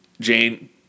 Jane